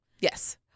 Yes